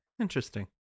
interesting